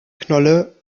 knolle